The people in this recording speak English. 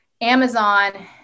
Amazon